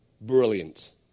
brilliant